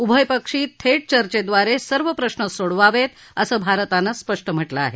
उभयपक्षी थेट चर्चेद्वारे सर्व प्रश्न सोडवावेत असं भारतानं स्पष्ट केलं आहे